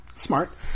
smart